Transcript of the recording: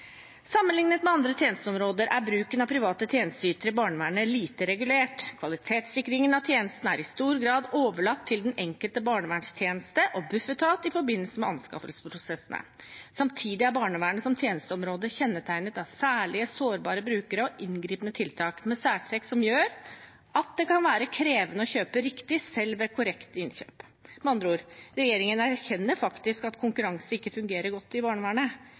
med andre tjenesteområder er bruken av private tjenesteytere i barnevernet lite regulert. Kvalitetssikringen av tjenestene er i stor grad overlatt til den enkelte barnevernstjeneste og Bufetat i forbindelse med anskaffelsesprosessene. Samtidig er barnevernet som tjenesteområde kjennetegnet av særlige sårbare brukere og inngripende tiltak, med særtrekk som gjør at det kan være krevende å kjøpe riktig selv ved korrekte innkjøp.» Med andre ord: Regjeringen erkjenner faktisk at konkurranse ikke fungerer godt i barnevernet,